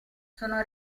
sono